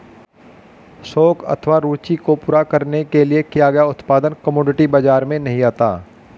शौक अथवा रूचि को पूरा करने के लिए किया गया उत्पादन कमोडिटी बाजार में नहीं आता